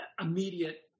Immediate